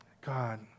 God